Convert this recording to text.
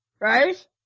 right